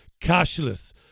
cashless